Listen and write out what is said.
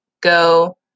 go